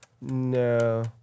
No